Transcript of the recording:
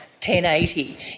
1080